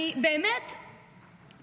לפעמים אני באמת אומרת,